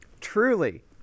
Truly